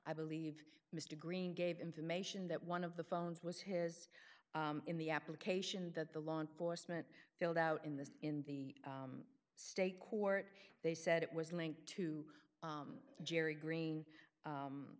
i believe mr green gave information that one of the phones was his in the application that the law enforcement filled out in this in the state court they said it was linked to jerry green